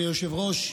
אדוני היושב-ראש,